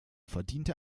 verdiente